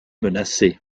menacé